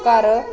ਘਰ